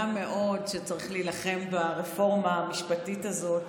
מאוד שצריך להילחם ברפורמה המשפטית הזאת